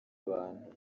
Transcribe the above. abantu